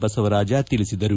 ಬಸವರಾಜ ತಿಳಿಸಿದರು